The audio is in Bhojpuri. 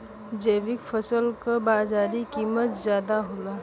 जैविक फसल क बाजारी कीमत ज्यादा होला